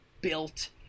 built